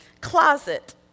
Closet